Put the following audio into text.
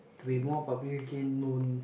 to be more publicly known